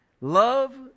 love